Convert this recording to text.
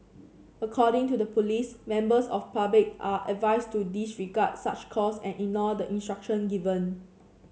according to the police members of public are advised to disregard such calls and ignore the instructions given